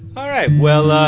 all right, well,